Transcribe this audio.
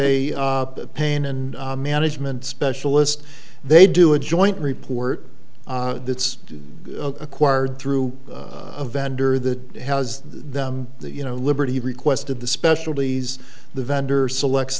a pain in management specialist they do a joint report that's acquired through a vendor that has them you know liberty requested the specialties the vendor selects